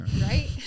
Right